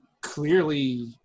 clearly